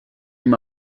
hier